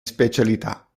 specialità